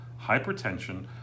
hypertension